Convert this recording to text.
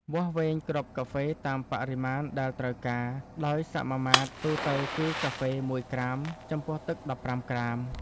វាស់វែងគ្រាប់កាហ្វេតាមបរិមាណដែលត្រូវការ ដោយសមាមាត្រទូទៅគឺកាហ្វេ ១ ក្រាម ចំពោះទឹក ១៥ ក្រាម។